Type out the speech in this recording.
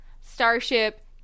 Starship